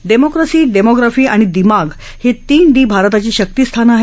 democracy demography आणि दिमाग हे तीन डी भारताची शक्तीस्थानं आहेत